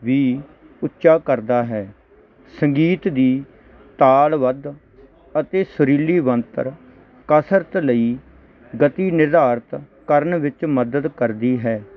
ਵੀ ਉੱਚਾ ਕਰਦਾ ਹੈ ਸੰਗੀਤ ਦੀ ਤਾਲ ਵੱਧ ਅਤੇ ਸੁਰੀਲੀ ਬਨਤਰ ਕਸਰਤ ਲਈ ਗਤੀ ਨਿਰਧਾਰਤ ਕਰਨ ਵਿੱਚ ਮਦਦ ਕਰਦੀ ਹੈ